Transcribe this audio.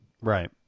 Right